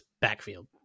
backfield